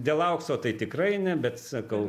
dėl aukso tai tikrai ne bet sakau